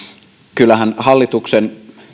kyllähän hallituksen linja